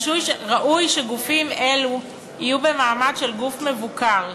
ראוי שגופים אלו יהיו במעמד של גוף מבוקר,